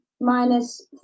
minus